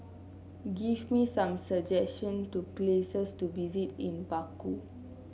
give me some suggestions for places to visit in Baku